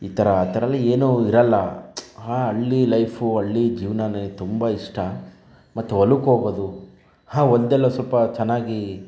ಈ ಥರ ಆ ಥರವೆಲ್ಲ ಏನೂ ಇರಲ್ಲ ಆ ಹಳ್ಳಿ ಲೈಫ್ ಹಳ್ಳಿ ಜೀವನವೇ ತುಂಬ ಇಷ್ಟ ಮತ್ತು ಹೊಲಕ್ಕೋಗೋದು ಹಾ ಹೊಲದಲ್ಲಿ ಒಂದು ಸ್ವಲ್ಪ ಚೆನ್ನಾಗಿ